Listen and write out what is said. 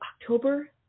October